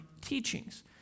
teachings